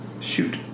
Shoot